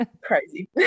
crazy